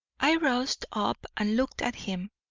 i roused up and looked at him.